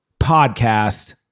podcast